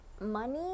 Money